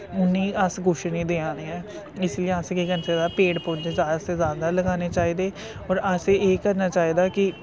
उनें अस कुश निं देआ ने ऐं इसलिए अस केह् करना चाहिदा पेड़ पौधे जादा से जादा लगाने चाहिदे और असें एह् करना चाहिदा कि